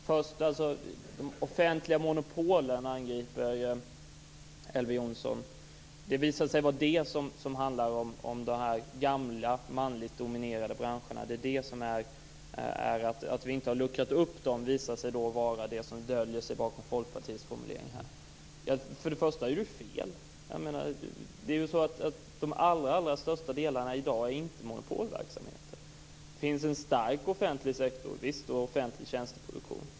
Herr talman! Först angriper Elver Jonsson de offentliga monopolen. Det visar sig handla om de gamla manligt dominerade branscherna. Att vi inte har luckrat upp dem visar sig vara det som döljer sig bakom Till att börja med är det fel. De allra största delarna i dag är inte monopolverksamheter. Visst finns det en stark offentlig sektor och en offentlig tjänsteproduktion.